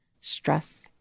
Stress